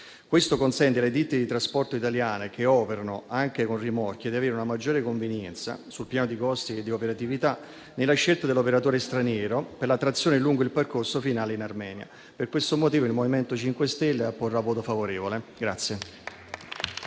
Questo consente alle ditte di trasporto italiane che operano anche con rimorchi di avere una maggiore convenienza sul piano dei costi e dell'operatività nella scelta dell'operatore straniero per la trazione lungo il percorso finale in Armenia. Per questo motivo il MoVimento 5 Stelle voterà a favore del